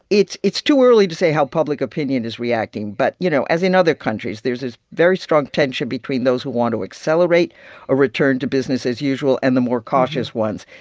it's it's too early to say how public opinion is reacting, but, you know, as in other countries, there's this very strong tension between those who want to accelerate a return to business as usual and the more cautious ones.